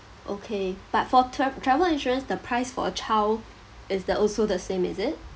okay but for tra~ travel insurance the price for a child is the also the same is it